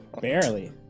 Barely